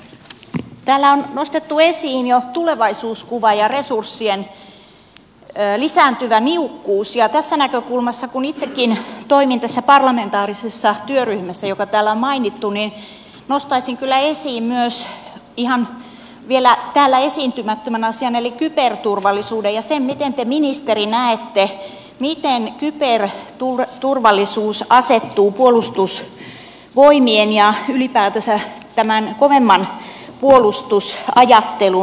täällä on nostettu esiin jo tulevaisuuskuva ja resurssien lisääntyvä niukkuus ja tästä näkökulmasta kun itsekin toimin tässä parlamentaarisessa työryhmässä joka täällä on mainittu nostaisin kyllä esiin myös ihan vielä täällä esiintymättömän asian eli kyberturvallisuuden ja sen miten te ministeri näette miten kyberturvallisuus asettuu puolustusvoimien ja ylipäätänsä tämän kovemman puolustusajattelun piiriin